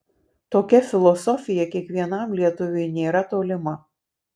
tokia filosofija kiekvienam lietuviui nėra tolima